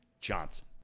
Johnson